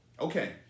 Okay